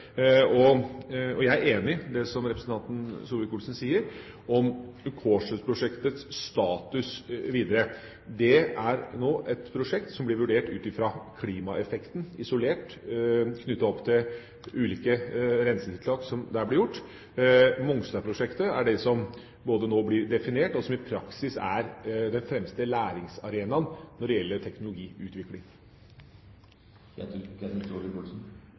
Jeg er enig i det som representanten Solvik-Olsen sier om Kårstø-prosjektets status videre. Det er nå et prosjekt som blir vurdert ut fra klimaeffekten isolert knyttet opp til ulike rensetiltak som der blir gjort. Mongstad-prosjektet er det som nå både blir definert som og i praksis er den fremste læringsarenaen når det gjelder teknologiutvikling.